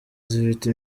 zifite